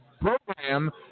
program